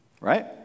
Right